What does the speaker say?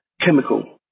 Chemical